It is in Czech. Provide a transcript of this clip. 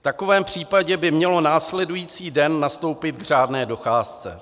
V takovém případě by mělo následující den nastoupit k řádné docházce.